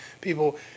people